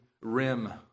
rim